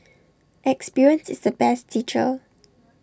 experience is the best teacher